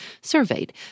surveyed